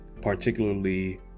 particularly